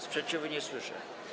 Sprzeciwu nie słyszę.